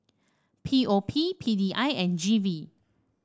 P O P P D I and G V